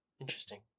Interesting